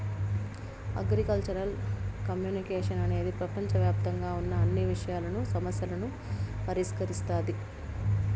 agricultural communication అనేది ప్రపంచవ్యాప్తంగా ఉన్న అన్ని విషయాలను, సమస్యలను పరిష్కరిస్తాది